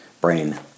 brain